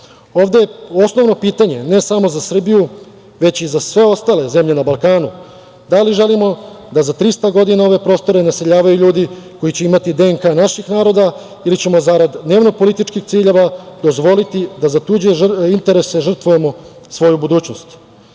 je osnovno pitanje ne samo za Srbiju, već i za sve ostale zemlje na Balkanu - da li želimo da za 300 godina ove prostore naseljavaju ljudi koji će imati DNK naših naroda ili ćemo zarada dnevno političkih ciljeva dozvoliti da za tuđe interese žrtvujemo svoju budućnost.